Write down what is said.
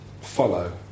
follow